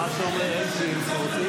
מאה אחוז.